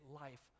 life